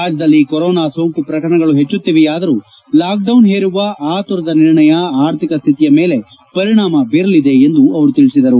ರಾಜ್ಯದಲ್ಲಿ ಕೊರೊನಾ ಸೋಂಕು ಪ್ರಕರಣಗಳು ಹೆಚ್ಚುತ್ತಿವೆಯಾದರೂ ಲಾಕ್ಡೌನ್ ಹೇರುವ ಆತುರದ ನಿರ್ಣಯ ಆರ್ಥಿಕ ಸ್ಥಿತಿ ಮೇಲೆ ಪರಿಣಾಮ ಬೀರಲಿದೆ ಎಂದು ಅವರು ತಿಳಿಸಿದರು